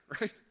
right